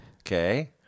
Okay